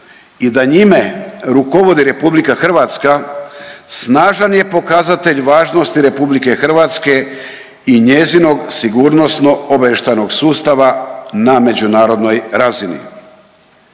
i da njime rukovodi RH snažan je pokazatelj važnosti RH i njezinog sigurnosno-obavještajnog sustava na međunarodnoj razini.